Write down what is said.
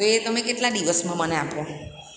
તો એ તમે કેટલા દિવસમાં તમે મને આપો